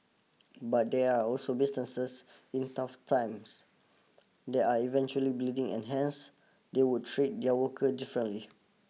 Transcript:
but there are also businesses in tough times that are eventually bleeding and hence they would treat their worker differently